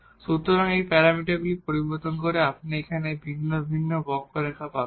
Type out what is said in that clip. সুতরাং এই প্যারামিটারগুলি পরিবর্তন করে আপনি এখানে ভিন্ন ভিন্ন কার্ভ পাবেন